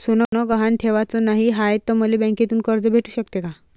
सोनं गहान ठेवाच नाही हाय, त मले बँकेतून कर्ज भेटू शकते का?